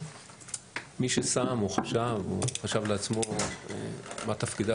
מי ששם או חשב או חשב לעצמו מה תפקידה